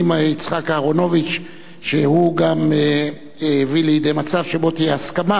יצחק אהרונוביץ שהביא לידי מצב של הסכמה,